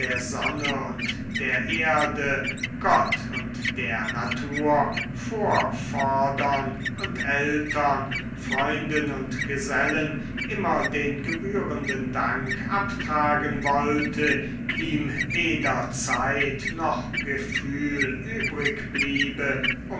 sonne und der erde gott und der natur vorvordern und eltern freunden und gesellen immer den gebührenden dank abtragen wollte ihm weder zeit noch gefühl